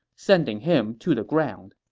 send him to the ground.